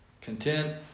Content